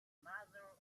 mother